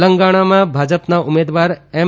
તેલંગણામાં ભાજપના ઉમેદવાર એમ